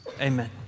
Amen